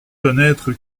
connaître